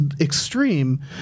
extreme